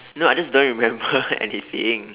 no I just don't remember anything